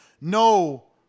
No